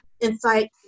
insight